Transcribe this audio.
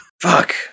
Fuck